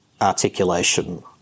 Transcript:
articulation